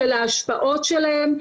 של ההשפעות שלהן.